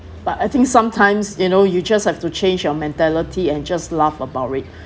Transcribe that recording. but I think sometimes you know you just have to change your mentality and just laugh about it